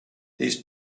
his